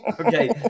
Okay